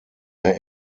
der